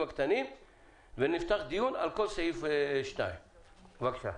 הקטנים ונפתח דיון על כל סעיף 2. בבקשה.